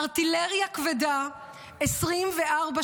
ארטילריה כבדה 24/7,